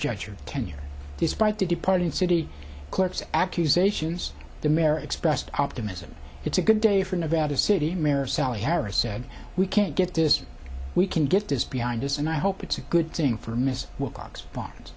your tenure despite the departing city clerk's accusations the mare expressed optimism it's a good day for nevada city marriage sally harris said we can't get this we can get this behind us and i hope it's a good thing for ms wilcox bombs